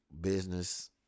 business